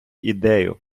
ідею